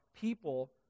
people